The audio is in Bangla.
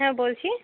হ্যাঁ বলছি